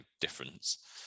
difference